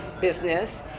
business